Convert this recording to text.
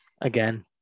Again